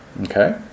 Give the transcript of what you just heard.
okay